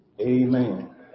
amen